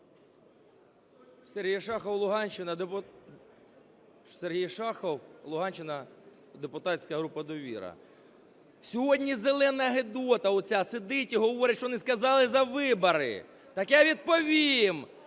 Сергій Шахов, Луганщина, депутатська група "Довіра". Сьогодні "зелена гидота" оця сидить і говорить, що не сказали за вибори. Так я відповім.